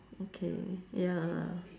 okay ya